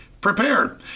prepared